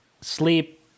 sleep